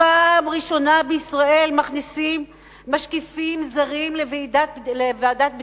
פעם ראשונה בישראל מכניסים משקיפים זרים לוועדת בדיקה,